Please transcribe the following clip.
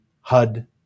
HUD